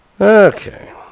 Okay